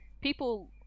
people